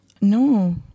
No